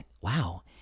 wow